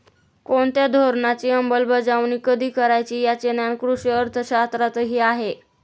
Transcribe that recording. कोणत्या धोरणाची अंमलबजावणी कधी करायची याचे ज्ञान कृषी अर्थशास्त्रातही आहे